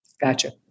Gotcha